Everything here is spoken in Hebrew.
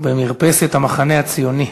במרפסת המחנה הציוני,